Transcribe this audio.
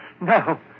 No